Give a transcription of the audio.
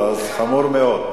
הרבה יותר גרוע, אז חמור מאוד.